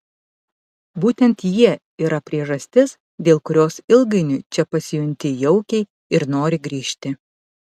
būtent jie yra priežastis dėl kurios ilgainiui čia pasijunti jaukiai ir nori grįžti